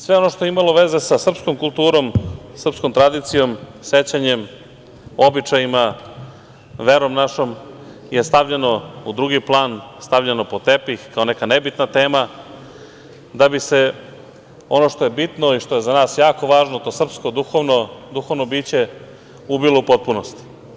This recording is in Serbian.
Sve ono što je imalo veze sa srpskom kulturom, srpskom tradicijom, sećanjem, običajima, verom našom je stavljeno u drugi plan, stavljeno pod tepih, kao neka nebitna tema, da bi se ono što je bitno i što je za nas jako važno, to srpsko duhovno biće ubilo u potpunosti.